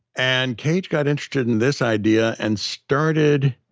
and cage got interested in this idea and started.